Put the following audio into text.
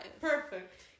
Perfect